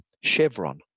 Chevron